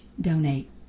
donate